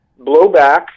blowback